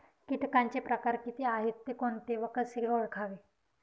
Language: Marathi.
किटकांचे प्रकार किती आहेत, ते कोणते व कसे ओळखावे?